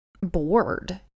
bored